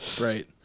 Right